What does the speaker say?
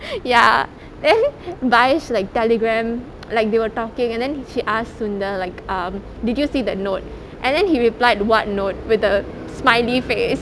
ya then vaish like Telegram like they were talking and then she asked sundar like um did you see that note and then he replied [what] note with a smiley face